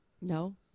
No